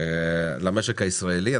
למשק הישראלי.